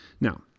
Now